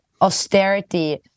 austerity